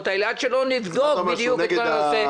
האלה עד שלא נבדוק בדיוק את כל הנושא -- מה אתה אומר?